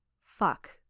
Fuck